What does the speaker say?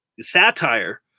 satire